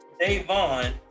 Davon